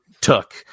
took